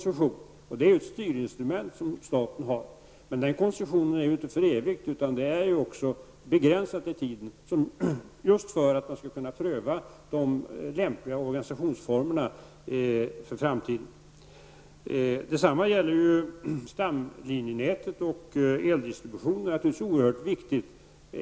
Staten har ju här ett styrinstrument, men koncessionen gäller ju inte för evigt utan är begränsad till tiden just för att man med tanke på framtiden skall kunna pröva vilken organisationsform som är lämpligast. Detsamma gäller stamlinjenätet och eldistributionen.